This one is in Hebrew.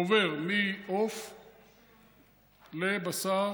עובר מעוף לבשר,